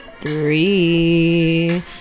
three